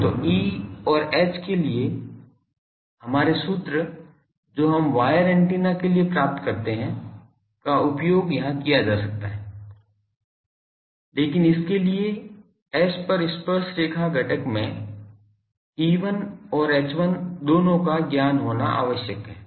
तो E और H के लिए हमारे सूत्र जो हम वायर एंटीना के लिए प्राप्त करते हैं का उपयोग यहां किया जा सकता है लेकिन इसके लिए S पर स्पर्शरेखा घटक में E1 और H1 दोनों का ज्ञान होना आवश्यक है